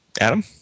Adam